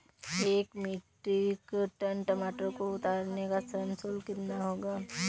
एक metric ton टमाटर को उतारने का श्रम शुल्क कितना होगा?